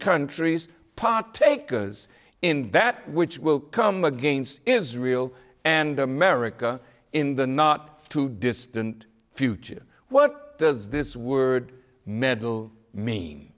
countries pot takers in that which will come against israel and america in the not too distant future what does this word meddle mean